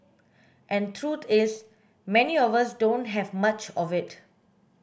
and truth is many of us don't have much of it